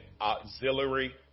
auxiliary